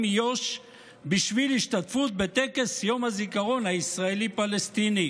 מיו"ש בשביל השתתפות בטקס יום הזיכרון הישראלי-פלסטיני,